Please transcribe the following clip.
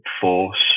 force